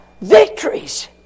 victories